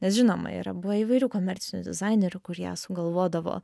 nes žinoma yra buvę įvairių komercinių dizainerių kurie sugalvodavo